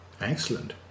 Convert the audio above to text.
Excellent